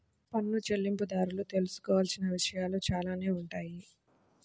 పన్ను చెల్లింపుదారులు తెలుసుకోవాల్సిన విషయాలు చాలానే ఉంటాయి